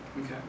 Okay